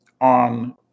on